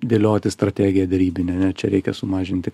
dėlioti strategiją derybinę ane čia reikia sumažinti